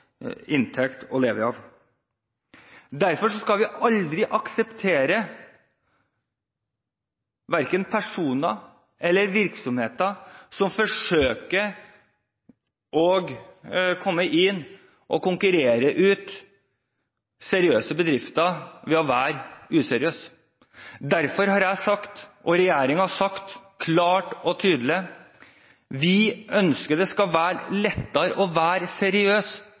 inntekt å leve av. Derfor skal vi aldri akseptere verken personer eller virksomheter som forsøker å komme inn og utkonkurrere seriøse bedrifter ved å være useriøs. Derfor har jeg, og regjeringen, sagt klart og tydelig: Vi ønsker at det skal være lettere å være seriøs